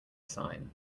sign